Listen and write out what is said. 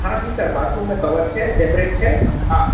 हँ जी sir bathroom मे कवर्ड छै सेपेरेट छै आ